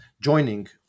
joining